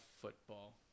Football